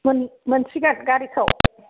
मोन मोनसिगोन गारिखौ